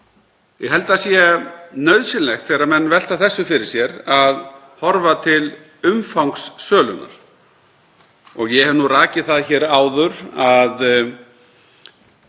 Ég held að það sé nauðsynlegt, þegar menn velta þessu fyrir sér, að horfa til umfangs sölunnar. Ég hef nú rakið það hér áður að